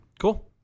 Cool